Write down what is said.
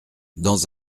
dans